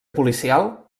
policial